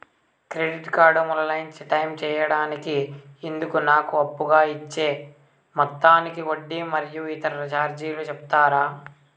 Credit card maintain time సేయడానికి ఇందుకు నాకు అప్పుగా ఇచ్చే మొత్తానికి వడ్డీ మరియు ఇతర చార్జీలు సెప్తారా?